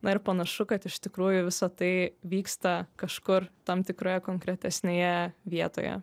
na ir panašu kad iš tikrųjų visa tai vyksta kažkur tam tikroje konkretesnėje vietoje